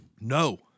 No